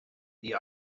the